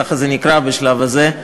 ככה זה נקרא בשלב הזה,